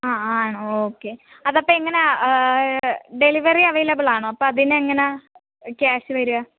ആ ആണോ ഓക്കേ അതപ്പം എങ്ങനാണ് ഡെലിവറി അവൈലബിൾ ആണോ അപ്പോൾ അതിനെങ്ങനാണ് ക്യാഷ് തരുക